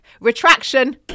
Retraction